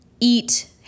eat